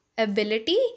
ability